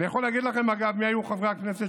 אני יכול להגיד לכם מי היו חברי הכנסת